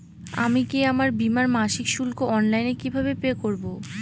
আমি কি আমার বীমার মাসিক শুল্ক অনলাইনে কিভাবে পে করব?